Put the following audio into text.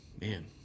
man